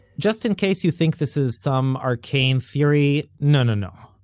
just in case you think this is some arcane theory, no no no.